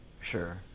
Sure